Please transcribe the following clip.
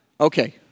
Okay